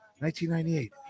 1998